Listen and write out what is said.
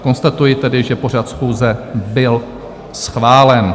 Konstatuji tedy, že pořad schůze byl schválen.